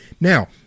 Now